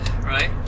right